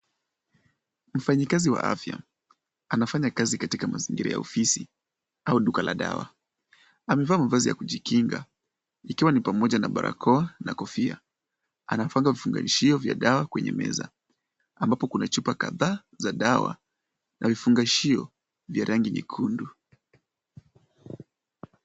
Mfanyikazi wa afya anafanya kazi katika mazingira yaofisi au duka la dawa. Amevaa mavazi ya kujikinga ikiwa ni pamoja na barakoa na kofia. Anafunga vifungashio vya dawa kwenye meza, ambapo kuna chupa kadhaa za dawa na vifungashio vya rangi nyekundu.